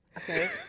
Okay